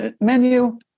menu